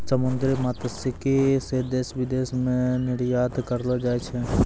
समुन्द्री मत्स्यिकी से देश विदेश मे निरयात करलो जाय छै